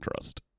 trust